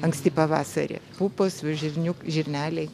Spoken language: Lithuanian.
anksti pavasarį pupos žirniuk žirneliai